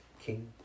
King